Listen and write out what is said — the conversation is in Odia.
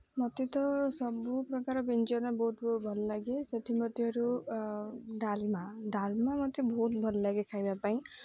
ମୋତେ ତ ସବୁ ପ୍ରକାର ବ୍ୟଞ୍ଜନ ବହୁତ ବହୁତ ଭଲ ଲାଗେ ସେଥି ମଧ୍ୟରୁ ଡ଼ାଲମା ଡ଼ାଲମା ମୋତେ ବହୁତ ଭଲ ଲାଗେ ଖାଇବା ପାଇଁ